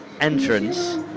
entrance